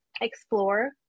explore